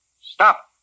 Stop